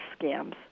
scams